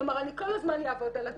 כלומר אני כל הזמן אעבוד על התור.